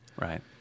Right